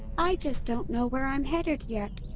i just don't know where i'm headed yet.